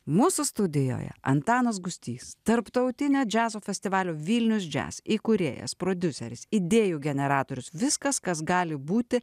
mūsų studijoje antanas gustys tarptautinę džiazo festivalio vilnius jazz įkūrėjas prodiuseris idėjų generatorius viskas kas gali būti